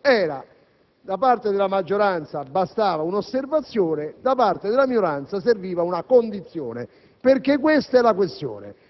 era che da parte della maggioranza bastava un'osservazione, da parte della minoranza serviva una condizione. Questa è la questione.